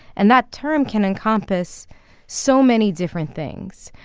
and that term can encompass so many different things.